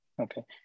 Okay